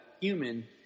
human